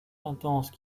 intenses